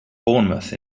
bournemouth